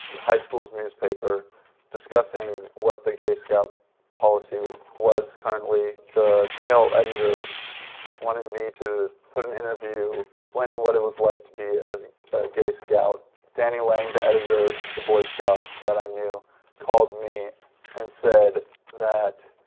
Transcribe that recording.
high school's newspaper discussing what the gay scout policy was was currently. the hale editor wanted me to put an interview explaining what it was like to be as a a gay scout danny lange, the editor, the boy scout that i knew called me and said that